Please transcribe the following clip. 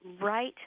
right